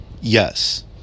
Yes